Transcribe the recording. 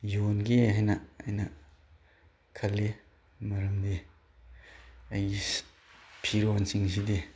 ꯌꯣꯟꯒꯦ ꯍꯥꯏꯅ ꯑꯩꯅ ꯈꯜꯂꯤ ꯃꯔꯝꯗꯤ ꯑꯩ ꯐꯤꯔꯣꯟꯁꯤꯡꯁꯤꯗꯤ